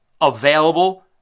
available